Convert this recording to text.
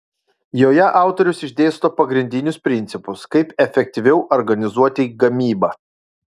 joje autorius išdėsto pagrindinius principus kaip efektyviau organizuoti gamybą